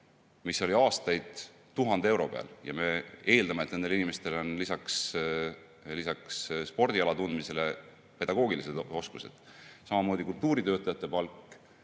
mis oli aastaid 1000 euro peal, ja me eeldame, et nendel inimestel on lisaks spordiala tundmisele ka pedagoogilised oskused. Samamoodi kultuuritöötajate palk,